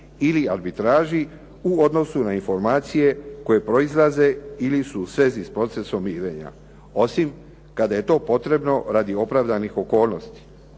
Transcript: ili arbitraži u odnosu na informacije koje proizlaze ili su u svezi s procesom mirenja osim kada je to potrebno radi opravdanih okolnosti.